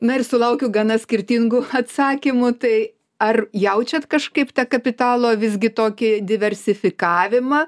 na ir sulaukiu gana skirtingų atsakymų tai ar jaučiat kažkaip tą kapitalo visgi tokį diversifikavimą